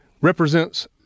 represents